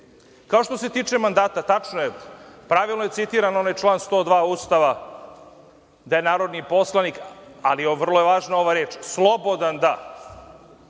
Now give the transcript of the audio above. se tiče mandata, tačno je, pravilno je citiran onaj član 102. Ustava da je narodni poslanik, ali vrlo je važna ova reč, slobodan da